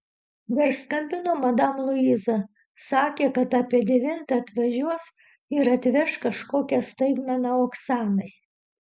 dar skambino madam luiza sakė kad apie devintą atvažiuos ir atveš kažkokią staigmeną oksanai